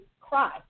cry